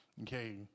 Okay